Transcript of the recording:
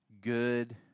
good